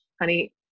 honey